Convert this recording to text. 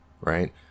right